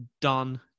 done